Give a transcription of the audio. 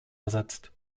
ersetzt